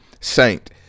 Saint